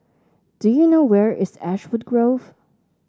do you know where is Ashwood Grove